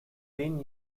been